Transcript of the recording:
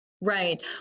Right